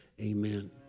Amen